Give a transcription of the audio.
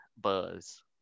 buzz